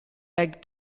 egg